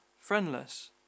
friendless